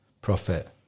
profit